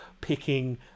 picking